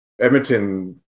Edmonton